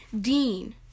Dean